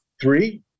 three